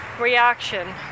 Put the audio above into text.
reaction